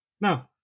No